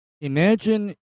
Imagine